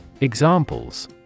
Examples